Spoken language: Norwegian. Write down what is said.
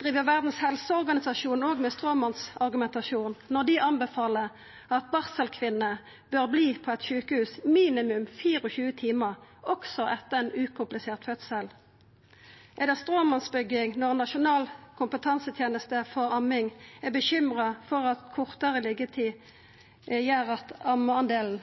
Driv Verdas helseorganisasjon òg med stråmannsargumentasjon når dei anbefaler at barselkvinner bør vera på eit sjukehus minimum 24 timar, også etter ein ukomplisert fødsel? Er det stråmannsbygging når Nasjonal kompetanseteneste for amming er bekymra for at kortare liggjetid gjer at ammedelen